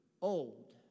old